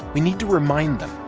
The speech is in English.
we need to remind them.